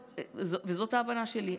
זאת ההבנה שלי.